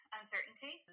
uncertainty